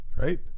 Right